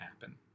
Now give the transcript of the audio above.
happen